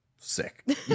sick